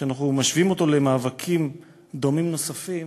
כשאנחנו משווים אותו למאבקים דומים נוספים,